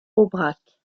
aubrac